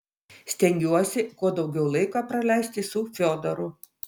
stengiuosi kuo daugiau laiko praleisti su fiodoru